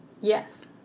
Yes